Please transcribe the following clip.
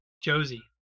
Josie